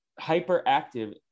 hyperactive